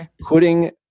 putting